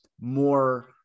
more